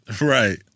Right